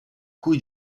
cui